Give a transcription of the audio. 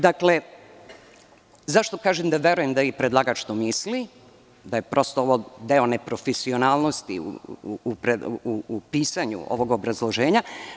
Zašto kažem da verujem da i predlagač to misli, da je prosto ovo deo neprofesionalnosti u pisanju ovog obrazloženja?